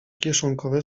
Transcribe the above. kieszonkowe